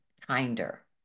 kinder